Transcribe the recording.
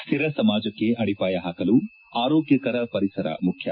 ಶ್ಥಿರ ಸಮಾಜಕ್ಕೆ ಅಡಿಪಾಯ ಪಾಕಲು ಆರೋಗ್ಯಕರ ಪರಿಸರ ಮುಖ್ಯ